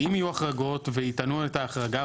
ואם יהיו החרגות ויטענו את ההחרגה,